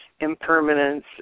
impermanence